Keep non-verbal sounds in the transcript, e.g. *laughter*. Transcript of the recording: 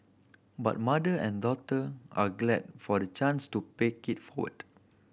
but mother and daughter are glad for the chance to pay *unintelligible* forward